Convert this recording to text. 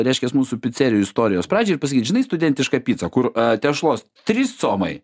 reiškias mūsų picerijų istorijos pradžią ir pasakyt žinai studentišką picą kur tešlos trys comai